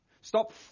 Stop